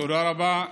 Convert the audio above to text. תודה רבה.